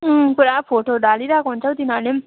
पुरा फोटोहरू हालिरहेको हुन्छ हौ तिनीहरूले पनि